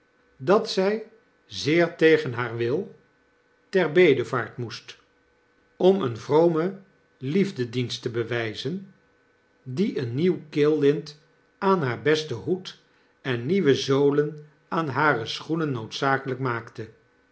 dat zy zeer tegen haar wil ter bedevaart moest om een vromen liefdedienst te bewyzen die een nieuw keellint aan haar besten hoedennieuwe zolen aan hare schoenen noodzakelyk maakte